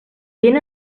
ben